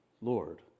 Lord